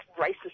racist